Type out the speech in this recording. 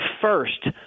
first